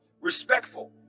respectful